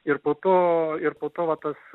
ir po to ir po to va tas